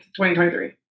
2023